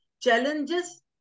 challenges